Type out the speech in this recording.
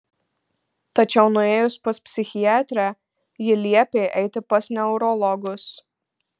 tačiau nuėjus pas psichiatrę ji liepė eiti pas neurologus